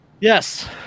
Yes